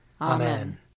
Amen